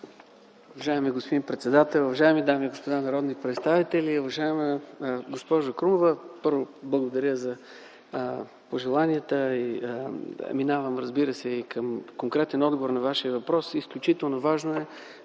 Уважаеми господин председател, уважаеми дами и господа народни представители! Уважаема госпожо Крумова, първо, благодаря за пожеланията. Минавам към конкретен отговор на Вашия въпрос. Изключително важен е